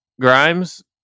Grimes